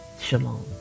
shalom